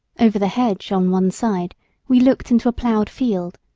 over the hedge on one side we looked into a plowed field,